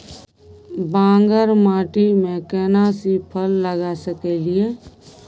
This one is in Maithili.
बांगर माटी में केना सी फल लगा सकलिए?